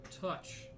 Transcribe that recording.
touch